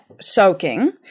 soaking